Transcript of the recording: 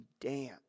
dance